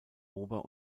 ober